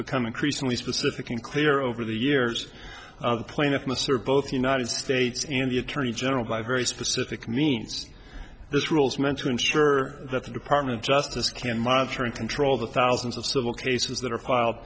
become increasingly specific and clear over the years plaintiff must serve both united states and the attorney general by very specific means this rules meant to ensure that the department of justice can monitor and control the thousands of civil cases that are file